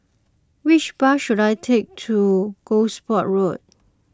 which bus should I take to Gosport Road